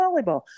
volleyball